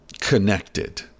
connected